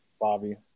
Bobby